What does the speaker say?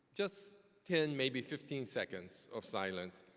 just ten, maybe fifteen seconds of silence.